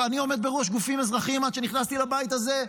אני עומד בראש גופים אזרחיים עד שנכנסתי לבית הזה,